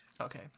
Okay